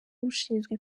ushinzwe